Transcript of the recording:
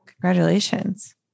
Congratulations